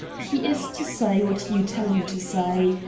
he is to say what you tell him to say.